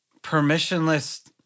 permissionless